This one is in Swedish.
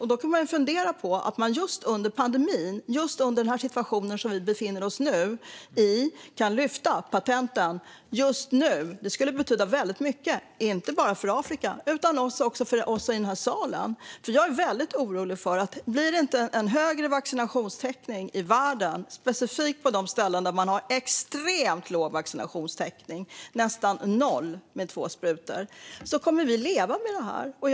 Om man just under pandemin - just i den situation som vi befinner oss i nu - kunde lyfta patenten skulle det betyda väldigt mycket, inte bara för Afrika utan också för alla i den här salen. Jag är väldigt orolig för att vi kommer att få leva med det här om vaccinationstäckningen i världen inte blir högre, specifikt på de ställen där man har extremt låg vaccinationstäckning och där antalet personer som fått två sprutor är nästan noll.